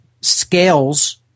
scales